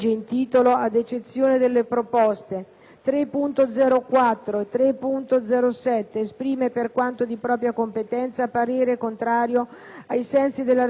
3.0.4 e 3.0.7, esprime, per quanto di propria competenza, parere contrario, ai sensi dell'articolo 81 della Costituzione,